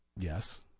yes